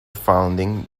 founding